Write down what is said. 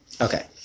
Okay